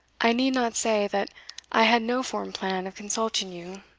i need not say that i had no formed plan of consulting you,